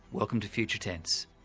welcome to future tense.